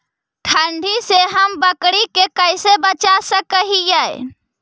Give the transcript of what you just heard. ठंडी से हम बकरी के कैसे बचा सक हिय?